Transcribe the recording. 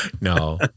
no